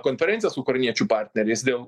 konferenciją su ukrainiečių partneriais dėl